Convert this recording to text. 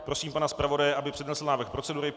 Prosím pana zpravodaje, aby přednesl návrh procedury.